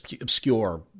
obscure